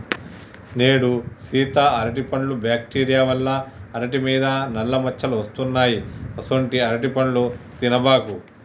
నేడు సీత అరటిపండ్లు బ్యాక్టీరియా వల్ల అరిటి మీద నల్ల మచ్చలు వస్తున్నాయి అసొంటీ అరటిపండ్లు తినబాకు